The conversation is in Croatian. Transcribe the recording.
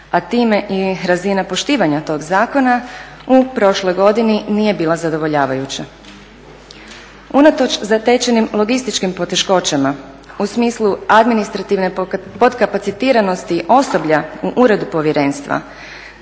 a time i razina poštivanja tog zakona u prošloj godini nije bila zadovoljavajuća. Unatoč zatečenim logističkim poteškoćama u smislu administrativne podkapacitiranosti osoblja u uredu povjerenstva,